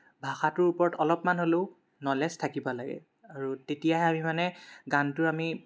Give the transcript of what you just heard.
ভাষাটোৰ ওপৰত অলপমান হ'লেও ন'লেজ থাকিব লাগে আৰু তেতিয়াহে আমি মানে গানটোৰ আমি